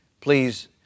Please